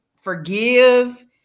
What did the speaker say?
Forgive